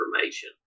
information